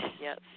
Yes